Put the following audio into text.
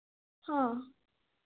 हाँ